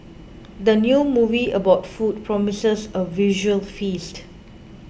the new movie about food promises a visual feast